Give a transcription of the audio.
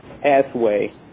pathway